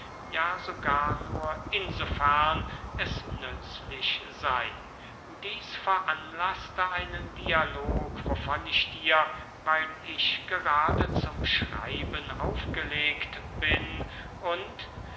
ja sogar nur in so fern es nützlich sey dieß veranlaßte einen dialog wovon ich dir weil ich gerade zum schreiben aufgelegt bin und